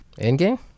Endgame